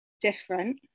different